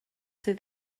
sydd